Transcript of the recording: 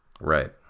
Right